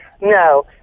no